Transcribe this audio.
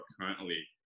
currently